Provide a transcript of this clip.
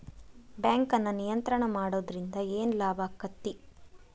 ಬ್ಯಾಂಕನ್ನ ನಿಯಂತ್ರಣ ಮಾಡೊದ್ರಿಂದ್ ಏನ್ ಲಾಭಾಕ್ಕತಿ?